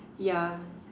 ya